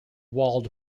walled